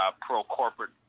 pro-corporate